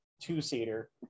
two-seater